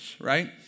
right